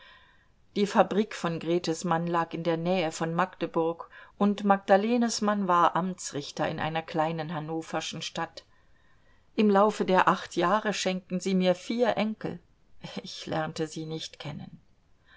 die fabrik von gretes mann lag in der nähe von magdeburg und magdalenes mann war amtsrichter in einer kleinen hannoverschen stadt im laufe der acht jahre schenkten sie mir vier enkel ich lernte sie nicht kennen